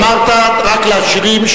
אמרת: "רק לעשירים",